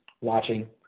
watching